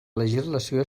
legislació